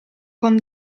con